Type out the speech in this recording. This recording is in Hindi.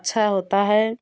अच्छा होता है